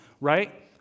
right